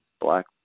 black